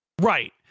Right